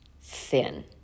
thin